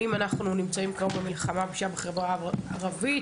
ואם אנחנו נמצאים גם במלחמה בפשיעה בחברה הערבית,